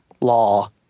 law